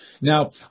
Now